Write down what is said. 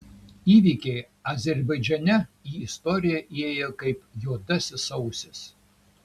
įvykiai azerbaidžane į istoriją įėjo kaip juodasis sausis